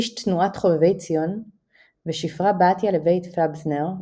איש תנועת חובבי ציון ושפרה-בתיה לבית פבזנר,